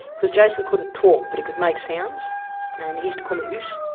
cause jason couldn't talk, but he could make sounds and he used to call me oose,